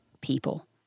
people